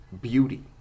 beauty